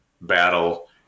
battle